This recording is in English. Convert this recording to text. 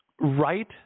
Right